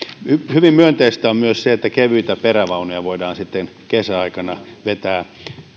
hyvin myönteistä on myös se että kevyitä perävaunuja voidaan sitten kesäaikana vetää